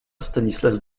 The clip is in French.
stanislas